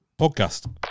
podcast